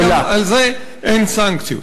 וגם על זה אין סנקציות.